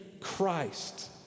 Christ